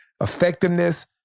effectiveness